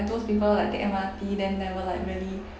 those people like take M_R_T then never like really